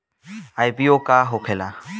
IPO का होखेला?